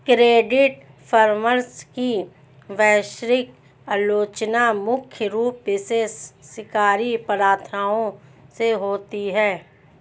credit परामर्श की वैश्विक आलोचना मुख्य रूप से शिकारी प्रथाओं से होती है